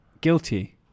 Guilty